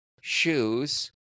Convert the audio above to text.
shoes